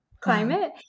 climate